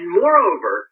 moreover